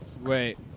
Wait